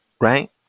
right